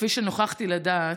כפי שנוכחתי לדעת,